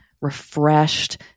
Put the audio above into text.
refreshed